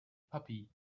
puppy